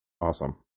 awesome